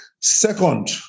Second